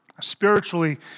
spiritually